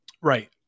right